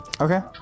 Okay